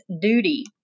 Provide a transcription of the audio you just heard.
duty